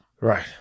Right